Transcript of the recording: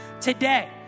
Today